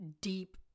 deep